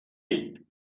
شید